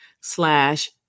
slash